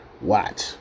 Watch